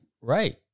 Right